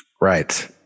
Right